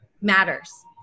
matters